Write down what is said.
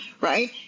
right